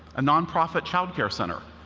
a nonprofit childcare center.